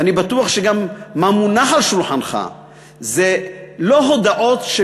ואני בטוח שגם מה שמונח על שולחנך זה לא הודעות של